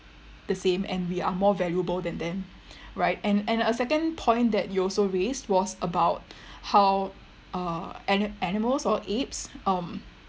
the same and we are more valuable than them right and and a second point that you also raised was about how uh ani~ animals or apes um